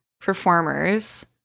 performers